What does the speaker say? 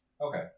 Okay